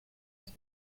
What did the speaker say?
was